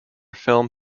film